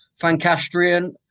Fancastrian